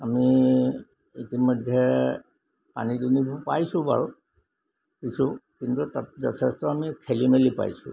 আমি ইতিমধ্যে পানী দুনিবোৰ পাইছোঁ বাৰু কিছু কিন্তু তাত যথেষ্ট আমি খেলি মেলি পাইছোঁ